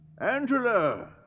Angela